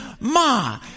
Ma